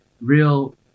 real